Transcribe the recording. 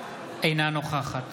אינה נוכחת